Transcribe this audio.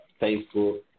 Facebook